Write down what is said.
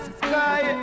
sky